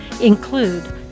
include